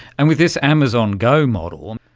and with this amazon go model,